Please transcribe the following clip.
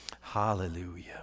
Hallelujah